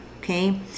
okay